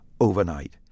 overnight